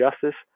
Justice